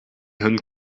hun